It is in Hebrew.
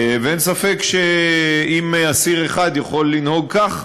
ואין ספק שאם אסיר אחד התחיל לנהוג כך,